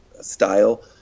style